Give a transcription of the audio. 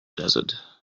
desert